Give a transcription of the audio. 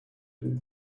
could